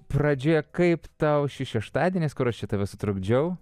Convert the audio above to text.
pradžioje kaip tau šis šeštadienis kur aš čia tave sutrukdžiau